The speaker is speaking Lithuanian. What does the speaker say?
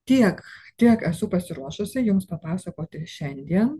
tiek kiek esu pasiruošusi jums papasakoti šiandien